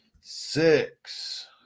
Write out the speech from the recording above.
six